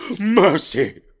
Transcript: Mercy